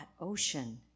ocean